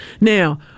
Now